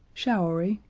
showery,